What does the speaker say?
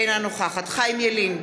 אינה נוכחת חיים ילין,